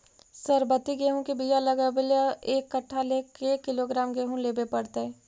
सरबति गेहूँ के बियाह लगबे ल एक कट्ठा ल के किलोग्राम गेहूं लेबे पड़तै?